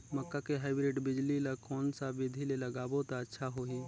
मक्का के हाईब्रिड बिजली ल कोन सा बिधी ले लगाबो त अच्छा होहि?